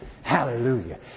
Hallelujah